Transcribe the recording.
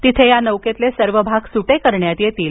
तिथे या नौकेतील सर्व भाग सुटे करण्यात येतील